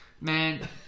man